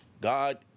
God